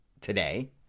today